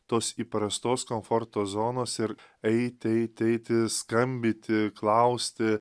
tos įprastos komforto zonos ir eit eit eiti skambyti klausti